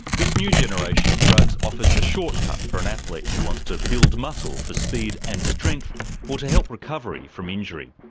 this new generation of drugs offers a shortcut for an athlete who wants to build muscle for speed and strength or to help recovery from injury.